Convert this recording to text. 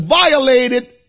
violated